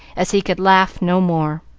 as he could laugh no more.